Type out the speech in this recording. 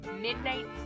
Midnight